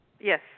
Yes